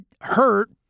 hurt